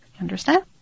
Understand